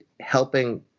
helping